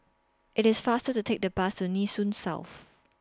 IT IS faster to Take The Bus to Nee Soon South